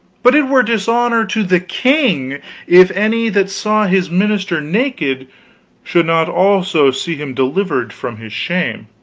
but it were dishonor to the king if any that saw his minister naked should not also see him delivered from his shame.